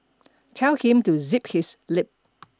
tell him to zip his lip